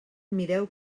mireu